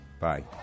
Bye